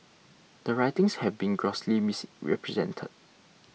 the writings have been grossly misrepresented